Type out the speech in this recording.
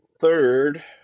third